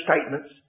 statements